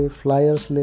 flyers